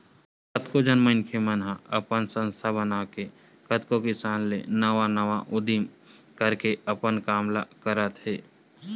कतको झन मनखे मन ह अपन संस्था बनाके कतको किसम ले नवा नवा उदीम करके अपन काम ल करत हे